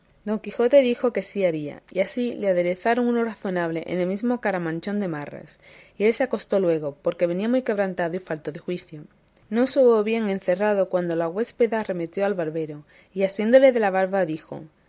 don quijote dijo que sí haría y así le aderezaron uno razonable en el mismo caramanchón de marras y él se acostó luego porque venía muy quebrantado y falto de juicio no se hubo bien encerrado cuando la huéspeda arremetió al barbero y asiéndole de la barba dijo